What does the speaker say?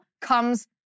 comes